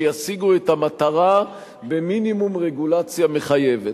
שישיגו את המטרה במינימום רגולציה מחייבת,